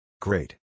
Great